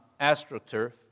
astroturf